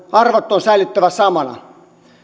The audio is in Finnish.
arvot on säilytettävä samana